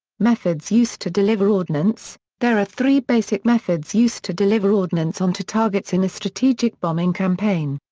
methods used to deliver ordnance there are three basic methods used to deliver ordnance onto targets in a strategic bombing campaign.